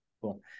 Cool